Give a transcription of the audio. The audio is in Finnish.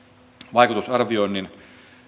vaikutusarvioinnin